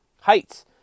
heights